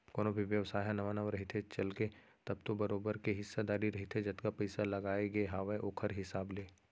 कोनो भी बेवसाय ह नवा नवा रहिथे, चलगे तब तो बरोबर के हिस्सादारी रहिथे जतका पइसा लगाय गे हावय ओखर हिसाब ले